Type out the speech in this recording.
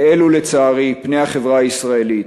ואלו, לצערי, פני החברה הישראלית.